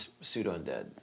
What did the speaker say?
pseudo-undead